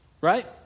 right